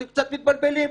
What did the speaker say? אתם קצת מתבלבלים פה.